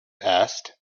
asked